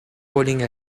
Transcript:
bowling